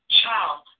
child